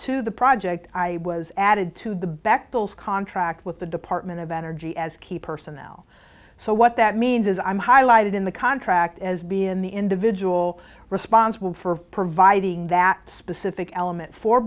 to the project i was added to the beccles contract with the dip hartmann of energy as key personnel so what that means is i'm highlighted in the contract as being the individual responsible for providing that specific element for